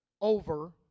over